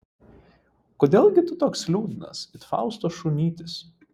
kodėl gi tu toks liūdnas it fausto šunytis